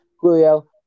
Julio